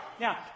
Now